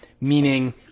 meaning